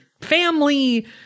family